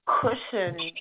cushion